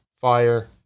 fire